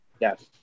Yes